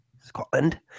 Scotland